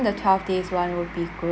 the twelve days one would be good